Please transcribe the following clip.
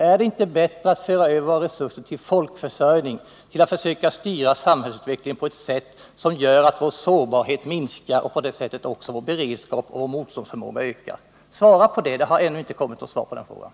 Är det inte bättre att föra över våra resurser till en folkförsörjning och försöka styra samhällsutvecklingen på ett sätt som gör att vår sårbarhet minskar och vår beredskap och motståndsförmåga ökar? Jag har ännu inte fått något svar på den frågan.